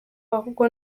ahubwo